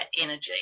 energy